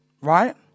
right